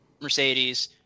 Mercedes